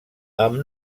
amb